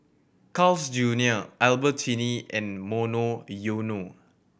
Carl's Junior Albertini and Monoyono